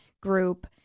group